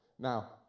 Now